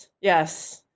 Yes